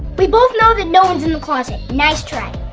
we both know that no one's in the closet. nice try.